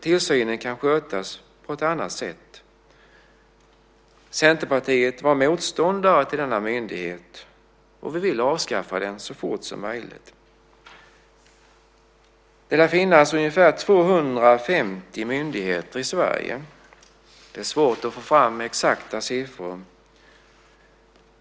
Tillsynen kan skötas på ett annat sätt. Centerpartiet var motståndare till denna myndighet, och vi vill avskaffa den så fort som möjligt. Det lär finnas ungefär 250 myndigheter i Sverige. Det är svårt att få fram exakta siffror.